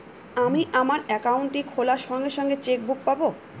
আমি আমার একাউন্টটি খোলার সঙ্গে সঙ্গে চেক বুক পাবো?